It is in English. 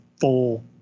full